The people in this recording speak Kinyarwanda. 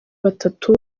batatu